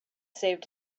saved